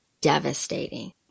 devastating